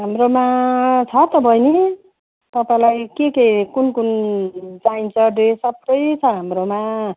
हाम्रोमा छ त बहिनी तपाईँलाई के के कुन कुन चाहिन्छ ड्रेस सबै छ हाम्रोमा